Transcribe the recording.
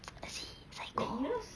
see psycho